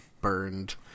burned